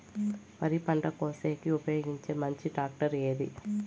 వరి పంట కోసేకి ఉపయోగించే మంచి టాక్టర్ ఏది?